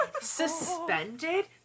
Suspended